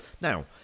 Now